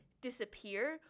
disappear